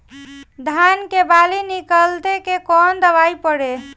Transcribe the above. धान के बाली निकलते के कवन दवाई पढ़े?